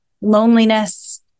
loneliness